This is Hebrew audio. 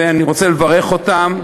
אני רוצה לברך אותם.